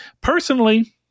personally